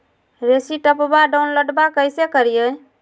रेसिप्टबा डाउनलोडबा कैसे करिए?